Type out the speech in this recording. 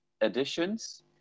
additions